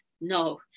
no